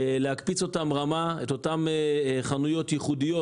להקפיץ רמה את אותן חנויות ייחודיות